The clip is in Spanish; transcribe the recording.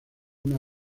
una